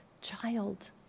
child